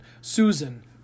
Susan